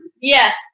Yes